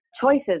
choices